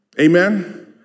Amen